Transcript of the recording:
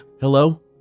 Hello